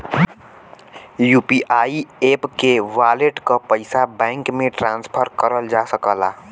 UPI app के wallet क पइसा बैंक में ट्रांसफर करल जा सकला